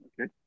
Okay